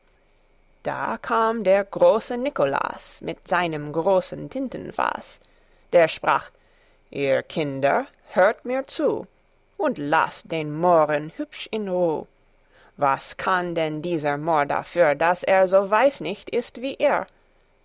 da kam der große nikolas mit seinem großen tintenfaß der sprach ihr kinder hört mir zu und laßt den mohren hübsch in ruh was kann denn dieser mohr dafür daß er so weiß nicht ist wie ihr